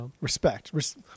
Respect